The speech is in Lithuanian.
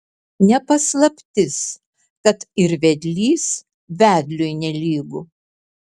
ne paslaptis kad ir vedlys vedliui nelygu